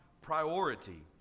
priority